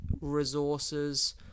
resources